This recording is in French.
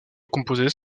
composaient